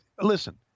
Listen